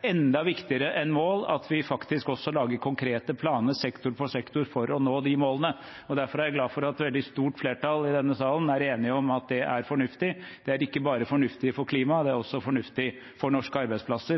enda viktigere enn mål, at vi faktisk også lager konkrete planer, sektor for sektor, for å nå de målene. Derfor er jeg glad for at et veldig stort flertall i denne salen er enig om at det er fornuftig. Det er ikke bare fornuftig for klimaet, det er også fornuftig for norske arbeidsplasser,